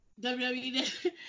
WWE